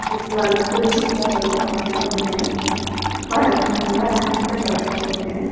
یہِ کُلۍ چھِ یا تہٕ تھاوَو أسۍ تِم أنٛدرٕ کَنٮ۪تھ وَرَنٛڈاہا وَرَنٛڈاہَس پٮ۪ٹھ یا تہٕ تھاوَو أنٛدرٕ کَنٮ۪تھ